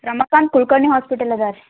Ramakant Kulkarni hospital ಅದಾ ರೀ